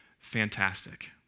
fantastic